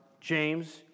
James